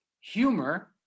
humor